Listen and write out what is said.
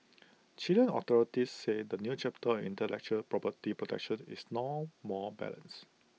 Chilean authorities say the new chapter intellectual property protection is now more balanced